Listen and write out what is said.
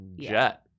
Jet